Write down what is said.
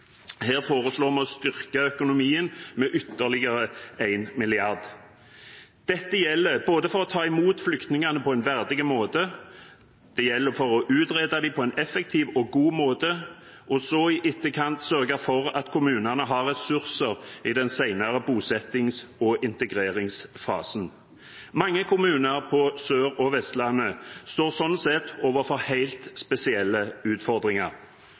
Her foreslår vi å styrke økonomien med ytterligere 1 mrd. kr – dette både for å ta imot flyktningene på en verdig måte, for å utrede dem på en effektiv og god måte og for så i etterkant sørge for at kommunene har ressurser i den senere bosettings- og integreringsfasen. Mange kommuner på Sør- og Vestlandet står sånn sett overfor helt spesielle utfordringer.